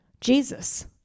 Jesus